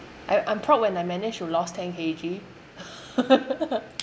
I I'm proud when I manage to lost ten K_G